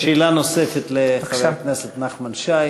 שאלה נוספת לחבר הכנסת נחמן שי.